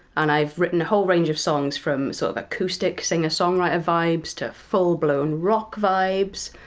and i've written a whole range of songs, from sort of acoustic singer songwriter vibes, to full-blown rock vibes,